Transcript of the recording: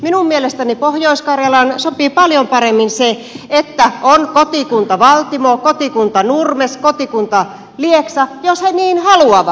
minun mielestäni pohjois karjalaan sopii paljon paremmin se että on kotikunta valtimo kotikunta nurmes kotikunta lieksa jos he niin haluavat